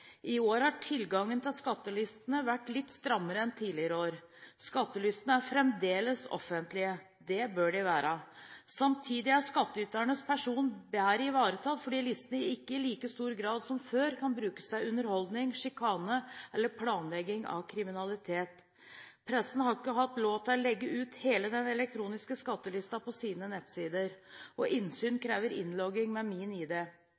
I år har tilgangen til skattelistene vært litt strammere enn tidligere år. Skattelistene er fremdeles offentlige. Det bør de være. Samtidig er skatteyternes personvern bedre ivaretatt, fordi listene ikke i like stor grad som før kan brukes til underholdning, sjikane eller planlegging av kriminalitet. Pressen har ikke hatt lov til å legge ut hele den elektroniske skattelisten på sine nettsider. Innsyn krever innlogging med